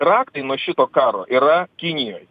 raktai nuo šito karo yra kinijoj